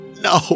No